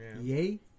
yay